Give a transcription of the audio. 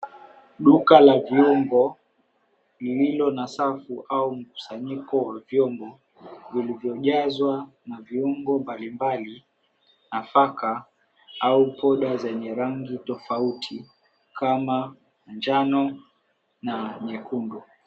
Duka la vyombo lilio na safu au mkusanyiko wa vyombo vilivyojazwa na viungo mbali mbali, nafaka au poda zenye rangi tofauti kama njano na nyekundu.